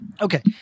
Okay